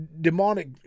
demonic